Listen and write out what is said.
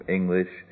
English